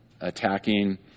attacking